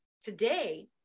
today